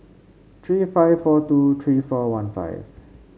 three five four two three four one five